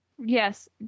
Yes